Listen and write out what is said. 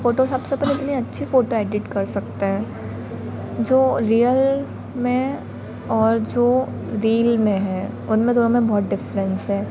Photoshop से अपन इतनी अच्छी फ़ोटो एडिट कर सकते हैं जो रियल में और जो रील में है उनमें दोनों में बहुत डिफ़रेन्स है